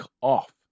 off